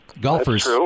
Golfers